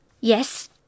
yes